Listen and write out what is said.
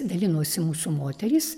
dalinosi mūsų moterys